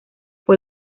fue